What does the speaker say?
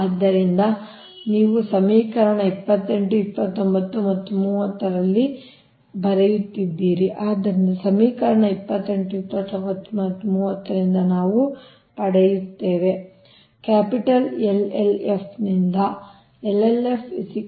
ಆದ್ದರಿಂದ ನೀವು ಸಮೀಕರಣ 28 29 ಮತ್ತು 30 ರಿಂದ ಬರೆಯುತ್ತಿದ್ದೀರಿ ಆದ್ದರಿಂದ ಸಮೀಕರಣ 28 29 ಮತ್ತು 30 ರಿಂದ ನಾವು ಪಡೆಯುತ್ತೇವೆ